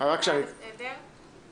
יש לי הצעה לסדר,